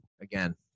Again